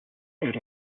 out